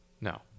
No